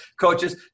coaches